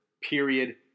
period